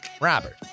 Robert